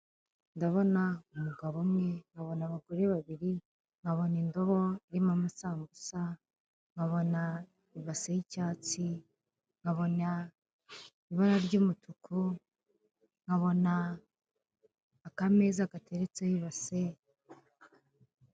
Ndabona umugabo umwe, nkabona abagore babiri, nkabona indobo irimo amasambuza, nkabona ibase y'icyatsi, nkabona ibara ry'umutuku, nkabona akameza gateretseho ibase